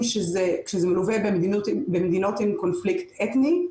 שכשזה מלווה במדינות עם קונפליקט אתני,